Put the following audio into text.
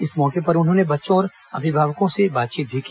इस मौके पर उन्होंने बच्चों और अभिभावकों से बातचीत भी की